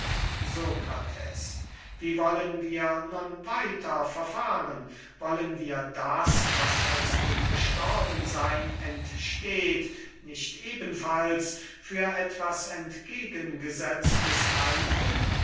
wie wollen wir nun weiter verfahren wollen wir das was aus dem gestorben seyn entsteht nicht ebenfalls für etwas entgegengesetztes halten